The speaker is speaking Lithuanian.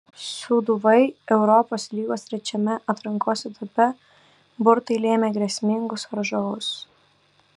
sūduvai europos lygos trečiame atrankos etape burtai lėmė grėsmingus varžovus